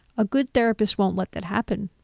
a good therapist won't let that happen.